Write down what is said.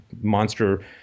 monster